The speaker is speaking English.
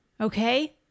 Okay